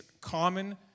common